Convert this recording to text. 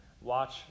Watch